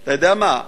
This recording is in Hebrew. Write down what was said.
אתה יודע מה,